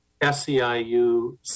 SEIU